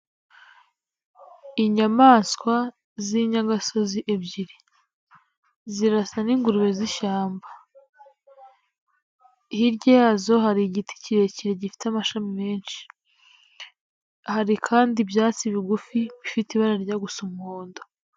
Inyamaswa z'inyagasozi ebyiri, zirasa nk'ingurube z'ishyamba, hirya yazo hari igiti kirekire gifite amashami menshi, hari kandi ibyatsi bigufi bifite ibara rijya gusa umuhondo.